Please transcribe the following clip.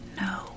no